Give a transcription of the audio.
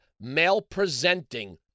male-presenting